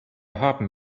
haben